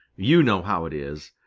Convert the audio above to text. you know how it is.